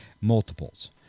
multiples